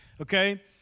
Okay